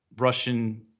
Russian